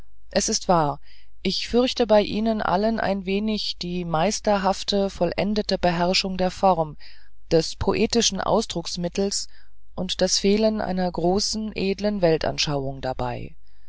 es ist wahr ich fürchte bei ihnen allen ein wenig die meisterhafte vollendete beherrschung der form des poetischen ausdrucksmittels und das fehlen einer großen edlen weltanschauung dabei